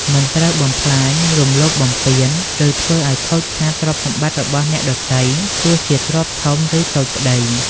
មិនត្រូវបំផ្លាញ រំលោភបំពាន ឬធ្វើឲ្យខូចខាតទ្រព្យសម្បត្តិរបស់អ្នកដទៃ ទោះជាទ្រព្យធំ ឬតូចក្តី។